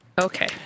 Okay